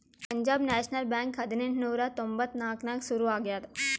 Punjab national bank ಹದಿನೆಂಟ್ ನೂರಾ ತೊಂಬತ್ತ್ ನಾಕ್ನಾಗ್ ಸುರು ಆಗ್ಯಾದ